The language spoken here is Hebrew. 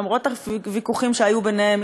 למרות הוויכוחים שהיו ביניהם,